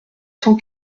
cent